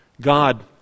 God